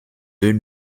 deux